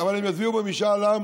אבל הם יצביעו במשאל עם